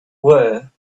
were